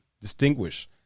distinguish